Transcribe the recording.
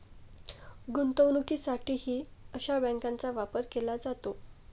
गुंतवणुकीसाठीही अशा बँकांचा वापर केला जातो